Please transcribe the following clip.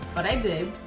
but i did,